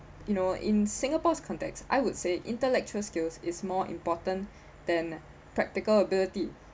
you know in singapore's context I would say intellectual skills is more important than practical ability